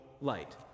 light